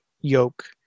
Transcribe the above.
yoke